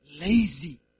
lazy